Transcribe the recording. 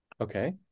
Okay